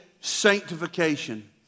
sanctification